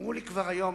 אמרו לי כבר היום: